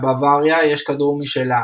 לבוואריה יש כדור משלה,